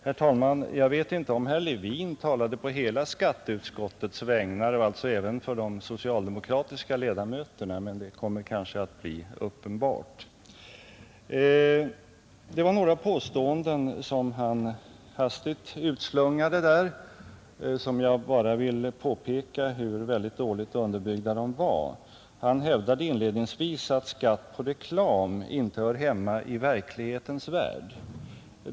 Herr talman! Jag vet inte om herr Levin talade på hela skatteutskottets vägnar och alltså även för de socialdemokratiska ledamöterna, men det kommer kanske att bli uppenbarat. Det var några påståenden som herr Levin hastigt utslungade, och jag vill bara påpeka hur dåligt underbyggda de var. Han hävdade inledningsvis att skatt på reklam inte hör hemma i verklighetens värld.